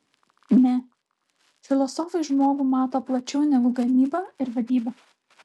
ne filosofai žmogų mato plačiau negu gamyba ir vadyba